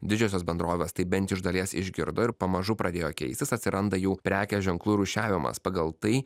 didžiosios bendrovės tai bent iš dalies išgirdo ir pamažu pradėjo keistis atsiranda jų prekės ženklų rūšiavimas pagal tai